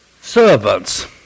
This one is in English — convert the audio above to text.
servants